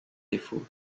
défaut